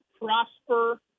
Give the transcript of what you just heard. Prosper